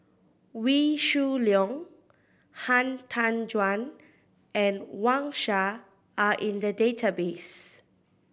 Wee Shoo Leong Han Tan Juan and Wang Sha are in the database